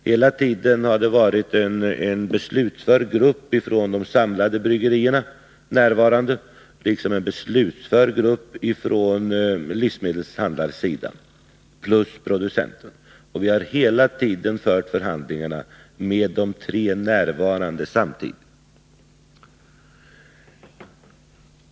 Hela tiden har det varit en beslutsför grupp från de samlade bryggerierna närvarande, liksom en beslutsför grupp från livsmedelshandlarsidan jämte producenterna. Vi har hela tiden fört förhandlingarna med de tre närvarande samtidigt.